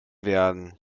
werden